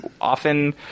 often